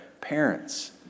parents